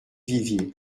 vivier